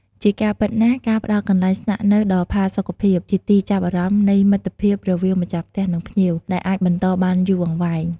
ជាការពិតណាស់ ការផ្តល់កន្លែងស្នាក់នៅដ៏ផាសុកភាព ជាទីចាប់ផ្តើមនៃមិត្តភាពរវាងម្ចាស់ផ្ទះ និងភ្ញៀវ ដែលអាចបន្តបានយូរអង្វែង។